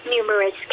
numerous